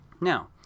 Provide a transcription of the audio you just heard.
Now